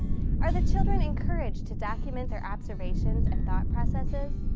are the children encouraged to document their observations and thought processes?